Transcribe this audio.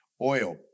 oil